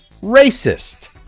racist